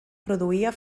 produïa